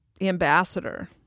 ambassador